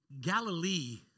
Galilee